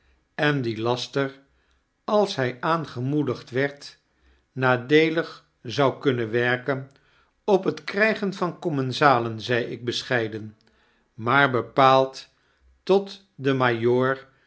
en die laster als by aangemoedigd werd nadeelig zou kunnen werken op net krygen van commensalen zei ik bescheiden maar bepaald tot den